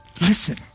Listen